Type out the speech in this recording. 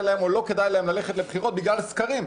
להם או לא כדאי להם ללכת לבחירות בגלל סקרים,